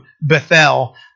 Bethel